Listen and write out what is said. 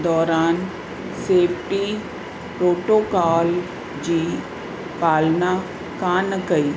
दौरान safety protocol जी पालना कोन कई